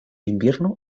invierno